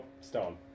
Stone